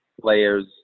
players